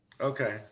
Okay